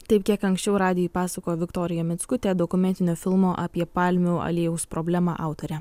taip kiek anksčiau radijui pasakojo viktorija mickutė dokumentinio filmo apie palmių aliejaus problemą autorė